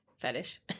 fetish